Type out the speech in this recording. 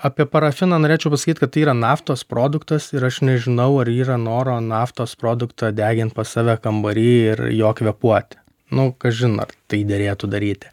apie parafiną norėčiau pasakyt kad tai yra naftos produktas ir aš nežinau ar yra noro naftos produktą degint pas save kambary ir juo kvėpuoti nu kažin ar tai derėtų daryti